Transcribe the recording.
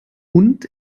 und